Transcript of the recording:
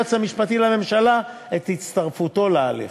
היועץ המשפטי לממשלה שוקל את הצטרפותו להליך.